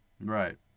right